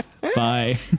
Bye